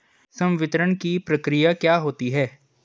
संवितरण की प्रक्रिया क्या होती है?